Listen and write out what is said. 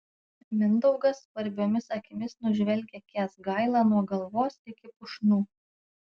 mindaugas skvarbiomis akimis nužvelgia kęsgailą nuo galvos iki pušnų